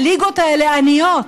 הליגות האלה עניות.